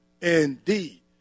indeed